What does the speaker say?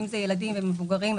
ילדים ומבוגרים,